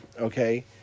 Okay